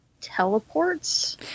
teleports